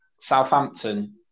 Southampton